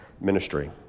ministry